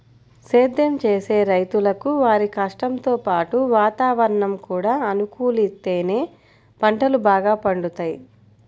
సేద్దెం చేసే రైతులకు వారి కష్టంతో పాటు వాతావరణం కూడా అనుకూలిత్తేనే పంటలు బాగా పండుతయ్